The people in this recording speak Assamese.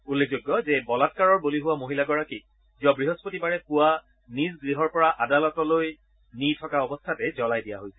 উল্লেখযোগ্য যে ধৰ্ষণৰ বলি হোৱা মহিলাগৰাকীক যোৱা বৃহস্পতিবাৰৰ পুৱা নিজ গৃহৰপৰা আদালতলৈ লৈ গৈ থকা অৱস্থাতে জ্বলাই দিয়া হৈছিল